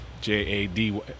J-A-D